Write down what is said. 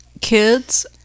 kids